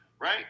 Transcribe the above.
right